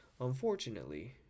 unfortunately